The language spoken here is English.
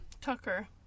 Tucker